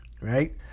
right